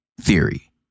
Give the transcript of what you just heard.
theory